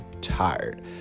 tired